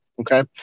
Okay